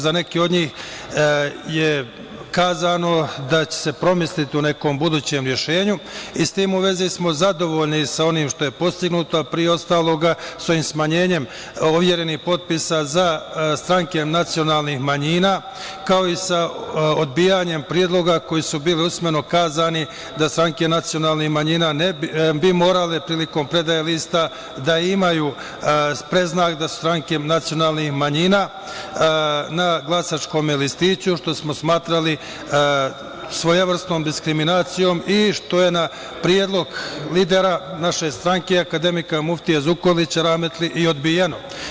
Za neke od njih je kazano da će se promisliti u nekom budućem rešenju i s tim u vezi smo zadovoljni sa onim što je postignuto, a pre ostalog sa ovim smanjenjem overenih potpisa za stranke nacionalnih manjina, kao i sa odbijanjem predloga koji su bili usmeno kazani da stranke nacionalnih manjina bi morale prilikom predaje lista da imaju predznak da su stranke nacionalnih manjina na glasačkome listiću, što smo smatrali svojevrsnom diskriminacijom i što je na predlog lidera naše stranke akademika muftije Zukorlića rahmetli i odbijeno.